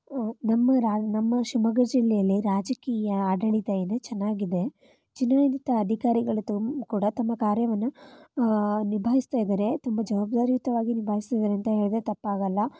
ನಮ್ಮ ರಾ ನಮ್ಮ ಶಿವಮೊಗ್ಗ ಜಿಲ್ಲೆಯಲ್ಲಿ ರಾಜಕೀಯ ಆಡಳಿತ ಇದೆ ಚೆನ್ನಾಗಿದೆ ಚುನಾಯಿತ ಅಧಿಕಾರಿಗಳು ತುಂ ಕೂಡ ತಮ್ಮ ಕಾರ್ಯವನ್ನು ನಿಭಾಯಿಸ್ತಾ ಇದ್ದಾರೆ ತುಂಬ ಜವಾಬ್ದಾರಿಯುತವಾಗಿ ನಿಭಾಯಿಸ್ತಿದ್ದಾರೆ ಅಂತ ಹೇಳಿದರೆ ತಪ್ಪಾಗಲ್ಲ